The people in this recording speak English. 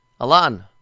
Alan